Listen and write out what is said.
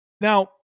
Now